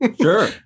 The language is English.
Sure